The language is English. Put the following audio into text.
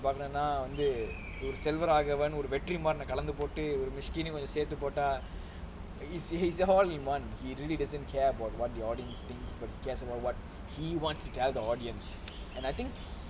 அப்படி பண்ணனும்னா வந்து ஒரு:apapdi pannanumnaa vanth oru selvaraagavan ஒரு:oru vetri maaran கலந்து போட்டு ஒரு:kalanthu pottu oru mysskin னையும் சேத்து போட்டு:naiyum saethu pottu is is he's all in one he doesn't really care what the audience thinks but he cares about what he wants to tell the audience and I think